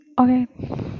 Okay